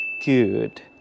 good